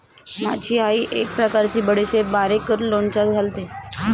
माझी आई एक प्रकारची बडीशेप बारीक करून लोणच्यात घालते